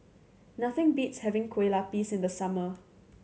nothing beats having Kueh Lupis in the summer